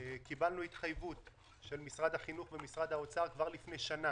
קיבלנו התחייבות של משרדי החינוך והאוצר כבר לפני שנה